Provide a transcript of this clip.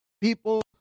people